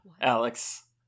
Alex